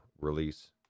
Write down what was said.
release